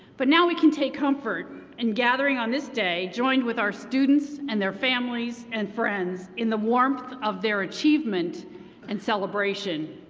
but now we can take comfort in and gathering on this day, joined with our students and their families and friends in the warmth of their achievement and celebration.